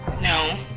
No